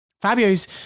Fabio's